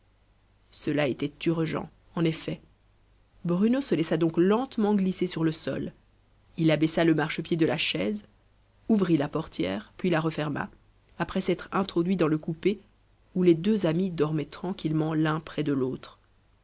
cela était urgent en effet bruno se laissa donc lentement glisser sur le sol il abaissa le marchepied de la chaise ouvrit la portière puis la referma après s'être introduit dans le coupé où les deux amis dormaient tranquillement l'un près de l'autre